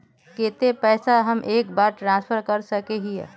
केते पैसा हम एक बार ट्रांसफर कर सके हीये?